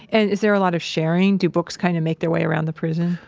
and is there a lot of sharing? do books kind of make their way around the prison?